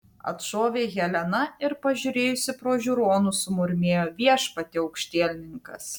atšovė helena ir pažiūrėjusi pro žiūronus sumurmėjo viešpatie aukštielninkas